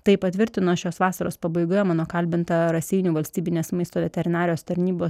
tai patvirtino šios vasaros pabaigoje mano kalbinta raseinių valstybinės maisto veterinarijos tarnybos